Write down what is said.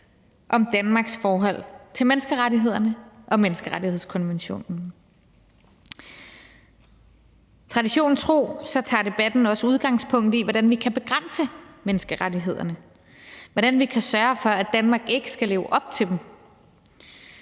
om Danmarks forhold til menneskerettighederne og menneskerettighedskonventionen. Traditionen tro tager debatten også udgangspunkt i, hvordan vi kan begrænse menneskerettighederne, og hvordan vi kan sørge for, at Danmark ikke skal leve op til dem.